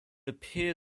appear